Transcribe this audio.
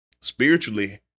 Spiritually